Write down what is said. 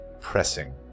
pressing